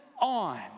on